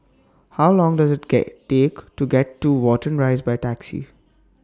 How Long Does IT get Take to get to Watten Rise By Taxi